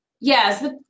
Yes